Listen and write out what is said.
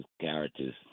characters